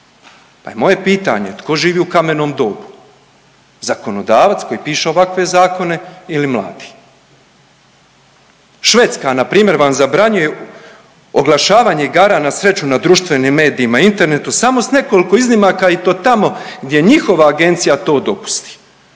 moje pitanje, tko živi u kamenom dobu zakonodavac koji piše ovakve zakone ili mladi? Švedska npr. vam zabranjuje oglašavanje igara na sreću na društvenim medijima i internetu samo s nekoliko iznimaka i to tamo gdje njihova agencija to dopusti.